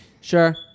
sure